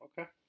Okay